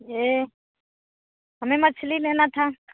ये हमें मछली लेना था